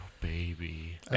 baby